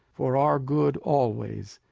for our good always,